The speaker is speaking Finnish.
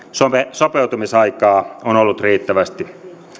sopeutumisaikaa on ollut riittävästi